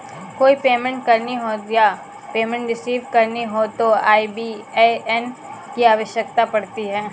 कोई पेमेंट करनी हो या पेमेंट रिसीव करनी हो तो आई.बी.ए.एन की आवश्यकता पड़ती है